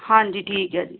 ਹਾਂਜੀ ਠੀਕ ਹੈ ਜੀ